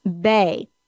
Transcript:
bay